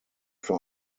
für